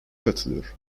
katılıyor